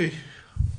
אבישג,